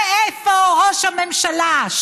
ואיפה ראש הממשלה?